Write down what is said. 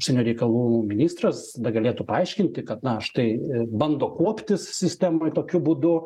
užsienio reikalų ministras da galėtų paaiškinti kad na štai bando kuoptis sistemoj tokiu būdu